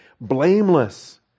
Blameless